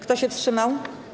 Kto się wstrzymał?